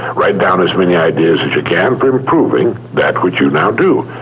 write down as many ideas as you can for improving that which you now do.